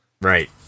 Right